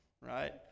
right